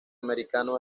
americano